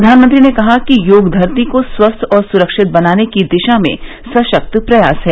प्रधानमंत्री ने कहा कि योग धरती को स्वस्थ और सुरक्षित बनाने की दिशा में सशक्त प्रयास है